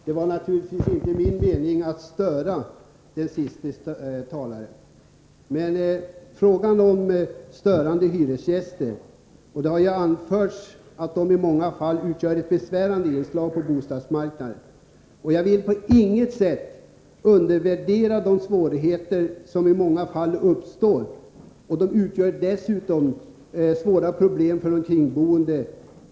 Herr talman! Det har anförts att störande hyresgäster i många fall utgör ett besvärande inslag på bostadsmarknaden. Jag vill på intet sätt undervärdera de svårigheter som kan uppstå. Störande hyresgäster medför stora problem för de omkringboende.